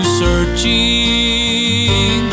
searching